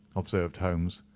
observed holmes.